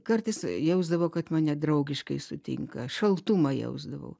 kartais jausdavau kad mane draugiškai sutinka šaltumą jausdavau